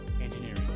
Engineering